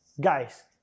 guys